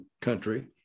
country